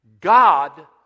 God